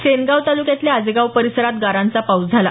सेनगाव तालुक्यातल्या आजेगाव परिसरात गारांचा पाऊस झाला